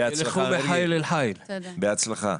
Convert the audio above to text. בהצלחה.